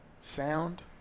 sound